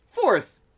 Fourth